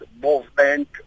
movement